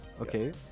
okay